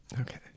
Okay